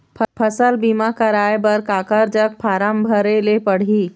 फसल बीमा कराए बर काकर जग फारम भरेले पड़ही?